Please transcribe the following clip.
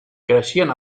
creixien